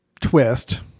twist